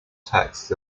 text